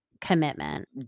commitment